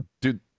dude